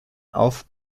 auf